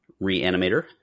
Reanimator